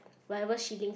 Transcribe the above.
whatever shillings